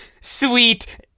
Sweet